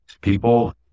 people